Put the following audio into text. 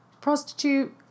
prostitute